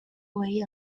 way